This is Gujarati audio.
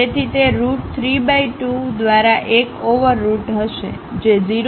તેથી તે રુટ 32 દ્વારા 1 ઓવર રુટ હશે જે 0